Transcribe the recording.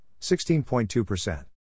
16.2%